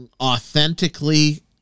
authentically